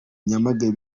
nyamagabe